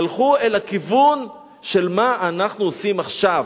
הלכו אל הכיוון של מה אנחנו עושים עכשיו.